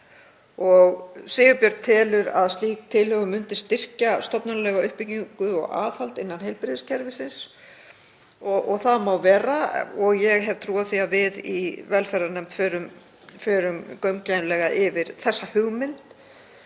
Sigurbjörg telur að slík tilhögun myndi styrkja stofnanalega uppbyggingu og aðhald innan heilbrigðiskerfisins og það má vera. Ég hef trú á því að við í velferðarnefnd förum gaumgæfilega yfir þá hugmynd,